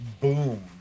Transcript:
Boom